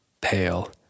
pale